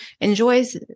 enjoys